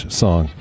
song